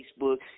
Facebook